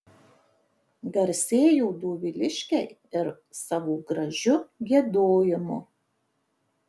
garsėjo doviliškiai ir savo gražiu giedojimu